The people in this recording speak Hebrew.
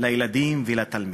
לילדים ולתלמידים,